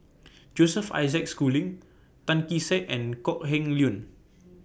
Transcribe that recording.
Joseph Isaac Schooling Tan Kee Sek and Kok Heng Leun